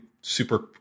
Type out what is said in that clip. super